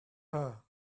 her